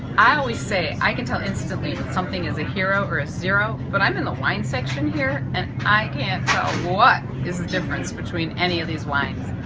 i always say i can tell instantly if something is a hero or a zero but i'm in the wine section here and i can't tell what is the difference between any of these wines.